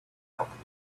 alchemist